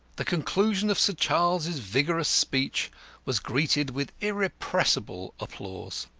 the conclusion of sir charles's vigorous speech was greeted with irrepressible applause.